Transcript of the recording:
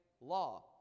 law